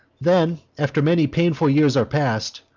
then, after many painful years are past,